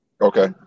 okay